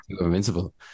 Invincible